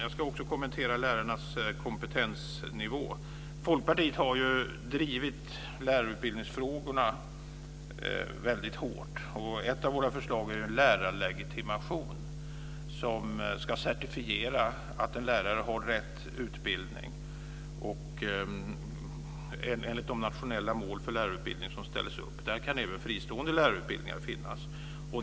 Jag ska också kommentera lärarnas kompetensnivå. Folkpartiet har drivit lärarutbildningsfrågorna väldigt hårt. Ett av våra förslag är lärarlegitimation, en certifiering av att en lärare har rätt utbildning enligt de nationella mål för lärarutbildning som ställs upp. Där kan även fristående lärarutbildningar finnas.